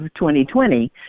2020